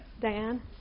Diane